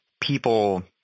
people